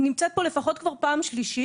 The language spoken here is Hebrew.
נמצאת פה פעם שלישית